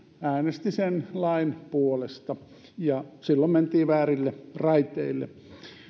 äänesti sen lain puolesta silloin mentiin väärille raiteille